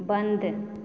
बन्द